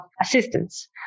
assistance